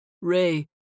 Ray